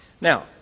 Now